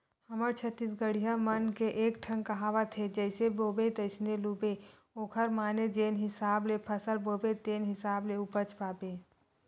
हमर छत्तीसगढ़िया मन के एकठन कहावत हे जइसे बोबे तइसने लूबे ओखर माने जेन हिसाब ले फसल बोबे तेन हिसाब ले उपज पाबे